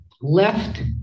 left